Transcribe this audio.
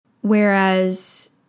Whereas